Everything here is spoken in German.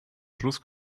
schluss